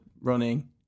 running